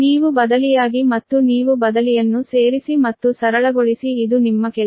ನೀವು ಬದಲಿಯಾಗಿ ಮತ್ತು ನೀವು ಬದಲಿಯನ್ನು ಸೇರಿಸಿ ಮತ್ತು ಸರಳಗೊಳಿಸಿ ಇದು ನಿಮ್ಮ ಕೆಲಸ